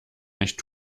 nicht